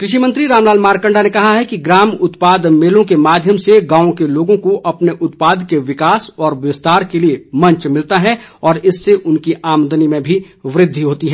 कृषि मंत्री रामलाल मारकंडा ने कहा है कि ग्राम उत्पाद मेलों के माध्यम से गांव के लोगों को अपने उत्पाद के विकास व विस्तार के लिए मंच मिलता है और इससे उनकी आमदनी में भी वृद्वि होती है